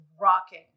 rocking